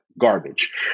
garbage